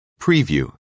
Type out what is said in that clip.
Preview